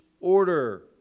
order